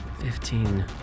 fifteen